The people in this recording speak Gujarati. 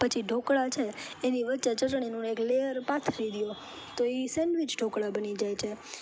પછી ઢોકળા છે એની વચ્ચે ચટણીનું એક લેયર પાથરી દેવાનું તો એ સેન્ડવીચ ઢોકળા બની જાય છે